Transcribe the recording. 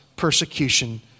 persecution